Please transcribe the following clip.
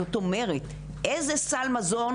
זאת אומרת, איזה סל מזון,